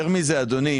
יותר מזה, אדוני.